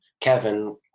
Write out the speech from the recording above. Kevin